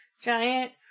giant